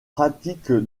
pratique